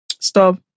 Stop